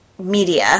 Media